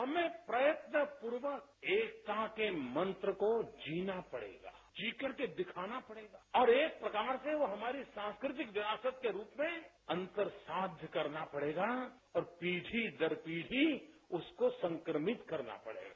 हमें प्रयत्नपूर्वक एकता के मंत्र को जीना पड़ेगा जीकर के दिखाना पड़ेगा और एक प्रकार से वो हमारी सांस्कृतिक विरासत के रूप में अंतर्साध्य करना पड़ेगा और पीढ़ी दर पीढ़ी उसको संक्रमित करना पड़ेगा